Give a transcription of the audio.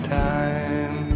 time